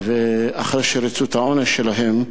אחרי שריצו את העונש שלהם,